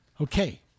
Okay